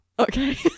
okay